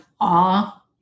awe